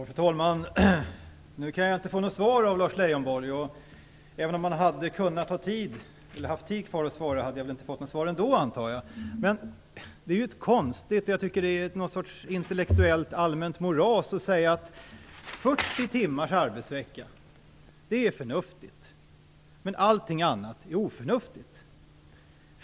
Fru talman! Nu kan jag inte få något svar av Lars Leijonborg. Även om han hade haft tid kvar att svara hade jag inte fått något svar, antar jag. Jag tycker att det är ett intellektuellt allmänt moras att säga att 40 timmars arbetsvecka är förnuftigt, men allting annat är oförnuftigt.